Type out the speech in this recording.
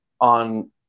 on